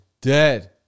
dead